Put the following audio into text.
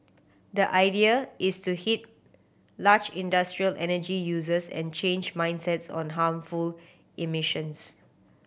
the idea is to hit large industrial energy users and change mindsets on harmful emissions